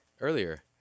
Earlier